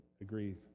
agrees